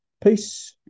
Peace